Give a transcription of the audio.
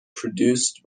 produced